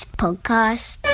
podcast